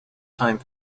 time